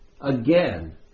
again